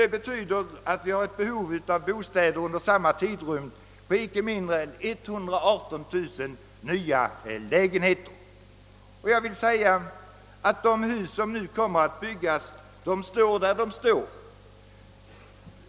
Det betyder att det uppkommer ett behov av bostäder under samma tidrymd på inte mindre än 118 000 nya lägenheter. De hus som byggs kommer att stå där de står.